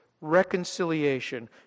reconciliation